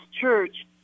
church